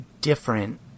different